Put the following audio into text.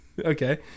Okay